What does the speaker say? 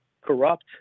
corrupt